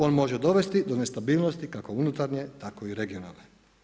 On može dovesti do nestabilnosti kako unutarnje tako i regionalne.